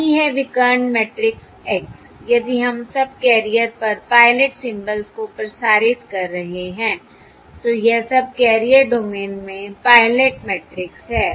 यही है विकर्ण मैट्रिक्स X यदि हम सबकैरियर पर पायलट सिंबल्स को प्रसारित कर रहे हैं तो यह सबकैरियर डोमेन में पायलट मैट्रिक्स है